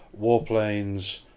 warplanes